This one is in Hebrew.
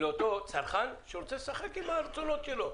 לאותו צרכן שרוצה לשחק עם הרצונות שלו.